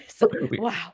Wow